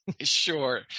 Sure